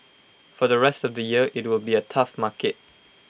for the rest of the year IT will be A tough market